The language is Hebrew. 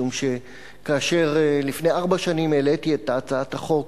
משום שכאשר לפני ארבע שנים העליתי את הצעת החוק